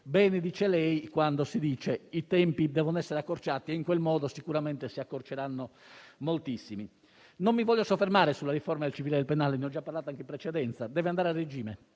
bene dice lei quando afferma che i tempi devono essere accorciati e in quel modo sicuramente si accorceranno moltissimo. Non mi voglio soffermare sulla riforma del civile e del penale, come ho già detto in precedenza. Deve andare a regime,